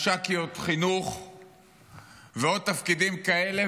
מש"קיות חינוך ועוד תפקידים כאלה,